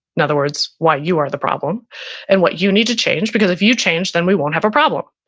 in other words, why you are the problem and what you need to change. because if you change, then we won't have a problem.